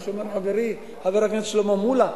כפי שאומר חברי חבר הכנסת שלמה מולה.